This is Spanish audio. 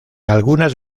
algunas